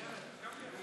כבוד